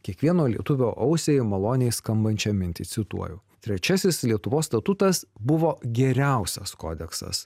kiekvieno lietuvio ausiai maloniai skambančią mintį cituoju trečiasis lietuvos statutas buvo geriausias kodeksas